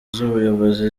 z’ubuyobozi